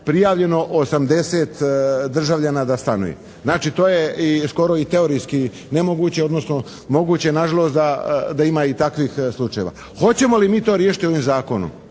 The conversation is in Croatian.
prijavljeno 80 državljana da stanuje. Znači to je i skoro i teorijski nemoguće, odnosno moguće na žalost da ima i takvih slučajeva. Hoćemo li mi to riješiti ovim Zakonom?